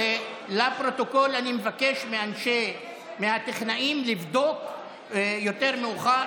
לפרוטוקול אני מבקש מהטכנאים לבדוק יותר מאוחר